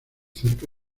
cerca